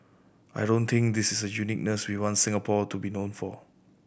I don't think this is a uniqueness we want Singapore to be known for